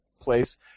place